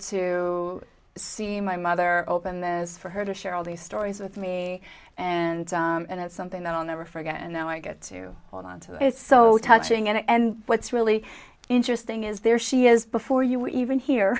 to see my mother open those for her to share all these stories with me and and it's something that i'll never forget and now i get to hold on to it so touching and what's really interesting is there she is before you even here